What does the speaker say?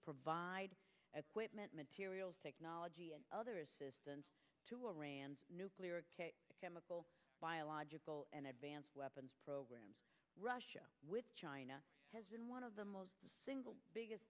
provide equipment materials technology and other assistance to iran's nuclear chemical biological and advanced weapons programs russia with china has one of the most single biggest